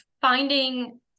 finding